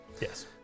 Yes